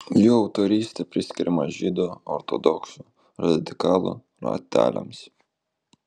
jų autorystė priskiriama žydų ortodoksų radikalų rateliams